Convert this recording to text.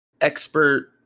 expert